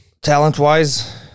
Talent-wise